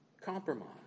compromise